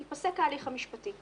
ייפסק ההליך המשפטי.